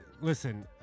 Listen